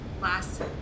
last